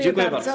Dziękuję bardzo.